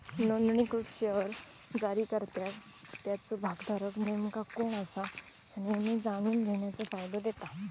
नोंदणीकृत शेअर्स जारीकर्त्याक त्याचो भागधारक नेमका कोण असा ह्या नेहमी जाणून घेण्याचो फायदा देता